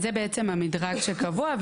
אז זה בעצם המדרג שקבוע.